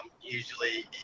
usually